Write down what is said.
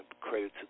credit